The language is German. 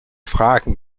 fragen